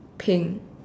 pink